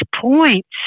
points